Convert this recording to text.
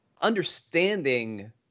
understanding